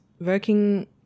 working